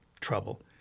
trouble